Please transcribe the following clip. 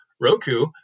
Roku